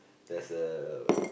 there's a